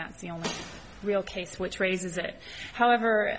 that the only real case which raises it however